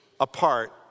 apart